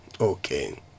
Okay